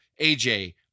AJ